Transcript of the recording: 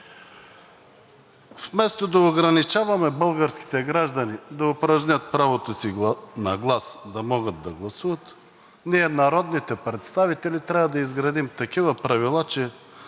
Вместо да ограничаваме българските граждани да упражнят правото си на глас – да могат да гласуват, ние, народните представители, трябва да изградим такива правила, че